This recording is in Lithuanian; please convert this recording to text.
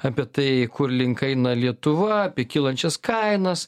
apie tai kur link eina lietuva apie kylančias kainas